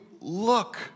look